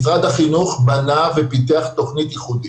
משרד החינוך בנה ופיתח תוכנית ייחודית.